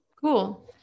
cool